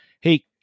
Hey